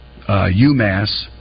UMass